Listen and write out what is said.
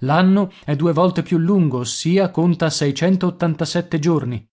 l'anno è due volte più lungo ossia conta giorni